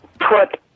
put